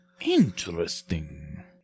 Interesting